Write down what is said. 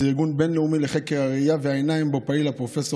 ארגון בין-לאומי לחקר הראייה והעיניים שבו פעיל פרופ'